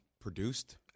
produced